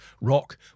rock